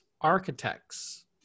architects